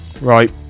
right